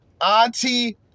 Auntie